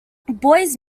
boise